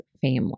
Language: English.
family